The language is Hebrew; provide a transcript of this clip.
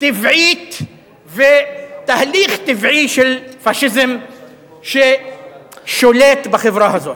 טבעית ותהליך טבעי של פאשיזם ששולט בחברה הזאת.